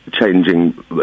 changing